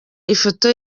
ifoto